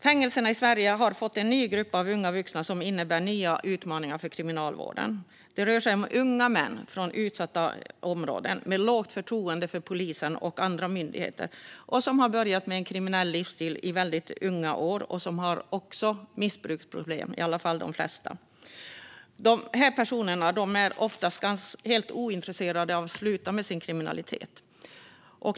Fängelserna i Sverige har fått en ny grupp av unga vuxna som innebär nya utmaningar för Kriminalvården. Det rör sig om unga män från utsatta områden, som har lågt förtroende för polisen och andra myndigheter, som har börjat med en kriminell livsstil i unga år och som också har missbruksproblem, i alla fall de flesta. Dessa personer är ofta helt ointresserade av att sluta med sin kriminalitet.